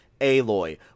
Aloy